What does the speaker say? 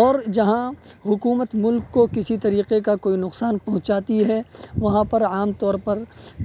اور جہاں حکومت ملک کو کسی طریقے کا کوئی نقصان پہنچاتی ہے وہاں پر عام طور پر